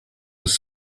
was